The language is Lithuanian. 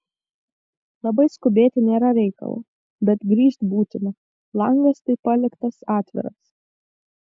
labai skubėti nėra reikalo bet grįžt būtina langas tai paliktas atviras